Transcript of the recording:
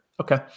Okay